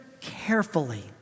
carefully